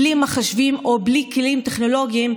בלי מחשבים או בלי כלים טכנולוגיים,